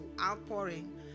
outpouring